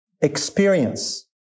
experience